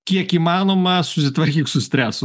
kiek įmanoma susitvarkyk su stresu